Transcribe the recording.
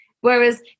Whereas